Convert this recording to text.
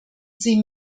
sie